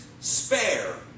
spare